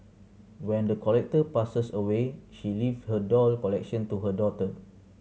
when the collector passes away she leave her doll collection to her daughter